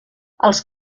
els